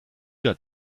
got